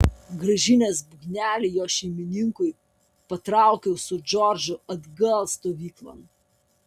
grąžinęs būgnelį jo šeimininkui patraukiau su džordžu atgal stovyklon